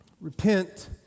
repent